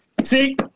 See